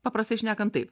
paprastai šnekant taip